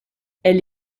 elle